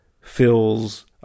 fills